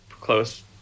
close